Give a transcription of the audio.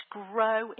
grow